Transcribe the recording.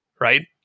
right